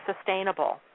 sustainable